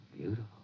beautiful